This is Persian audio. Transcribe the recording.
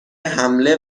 حمله